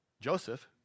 Joseph